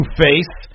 face